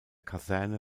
kaserne